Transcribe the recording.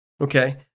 Okay